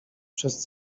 przez